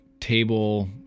table